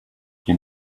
you